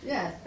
Yes